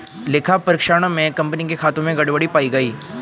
लेखा परीक्षण में कंपनी के खातों में गड़बड़ी पाई गई